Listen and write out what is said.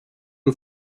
who